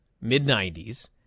mid-90s